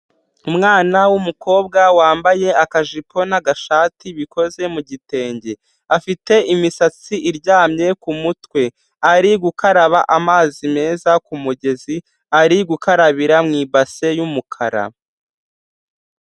Umwana w'umukobwa wambaye akajipo n'agashati bikoze mu gitenge, afite imisatsi iryamye ku mutwe, ari gukaraba amazi meza ku mugezi, ari gukarabira mu ibase y'umukara.